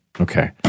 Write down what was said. Okay